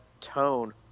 tone